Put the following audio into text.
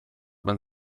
man